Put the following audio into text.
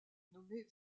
nommée